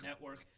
network